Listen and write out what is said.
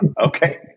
Okay